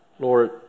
Lord